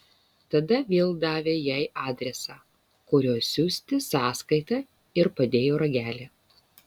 tada vėl davė jai adresą kuriuo siųsti sąskaitą ir padėjo ragelį